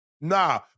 Nah